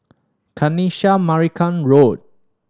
Kanisha Marican Road